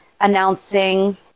announcing